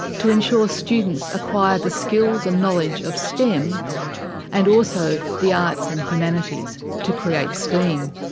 to ensure students acquire the skills and knowledge of stem and also the arts and humanities to create steam.